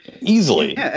easily